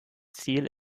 ziel